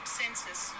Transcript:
census